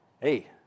Hey